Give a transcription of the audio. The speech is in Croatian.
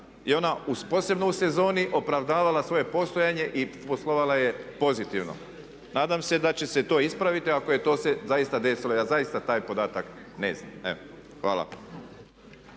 je ona posebno u sezoni opravdavala svoje postojanje i poslovala je pozitivno. Nadam se da će se to ispraviti ako je to se zaista desilo. Ja zaista taj podatak ne znam. Evo